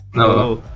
No